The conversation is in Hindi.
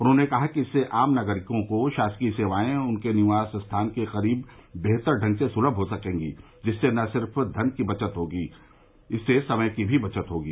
उन्होंने कहा कि इससे आम नागरिकों को शासकीय सेवाएं उनके निवास स्थान के करीब बेहतर ढंग से सुलभ हो सकेंगी जिससे न सिर्फ़ समय बल्कि धन की भी बचत होगी